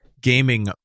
gaming